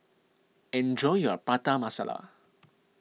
enjoy your Prata Masala